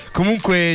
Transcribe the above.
Comunque